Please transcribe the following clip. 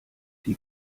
die